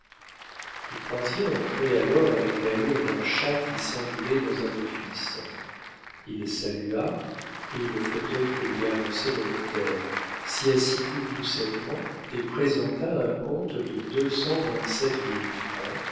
du croisier entrait alors avec l'allure d'un chat qui sent du lait dans un office il salua prit le fauteuil que lui avançait le notaire s'y assit tout doucettement et présenta un compte de